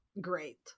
great